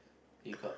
you got